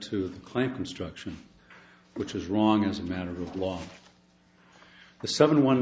the claim construction which is wrong as a matter of law the seven one